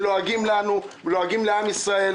שלועגים לנו ולועגים לעם ישראל,